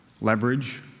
Leverage